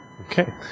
okay